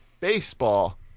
Baseball